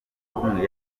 bumwe